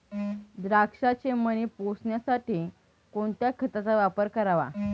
द्राक्षाचे मणी पोसण्यासाठी कोणत्या खताचा वापर करावा?